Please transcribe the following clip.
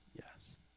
Yes